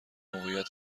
موقعیت